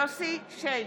יוסף שיין,